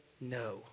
no